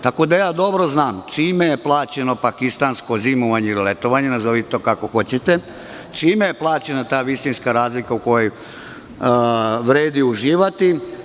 Tako da, dobro znam čime je plaćeno pakistansko zimovanje ili letovanje, nazovite to kako hoćete, čime je plaćena ta visinska razlika u kojoj vredi uživati.